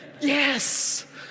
yes